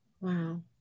Wow